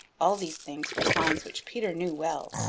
all these things were signs which peter knew well.